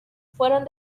fueron